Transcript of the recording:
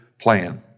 plan